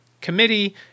committee